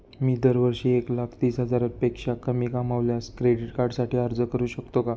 मी दरवर्षी एक लाख तीस हजारापेक्षा कमी कमावल्यास क्रेडिट कार्डसाठी अर्ज करू शकतो का?